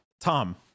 Tom